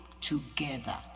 together